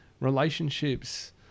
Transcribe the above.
relationships